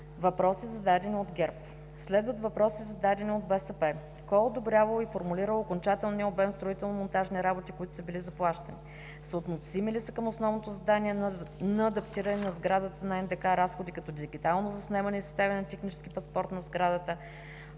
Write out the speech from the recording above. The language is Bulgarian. настоящия момент? Следват въпроси, зададени от БСП: кой е одобрявал и формулирал окончателния обем строително-монтажни работи, които са били заплащани; съотносими ли са към основното задание за адаптиране на сградата на НДК разходи като: дигиталното заснемане и съставяне на технически паспорт на сградата